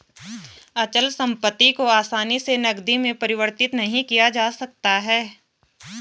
अचल संपत्ति को आसानी से नगदी में परिवर्तित नहीं किया जा सकता है